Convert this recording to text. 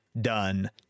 done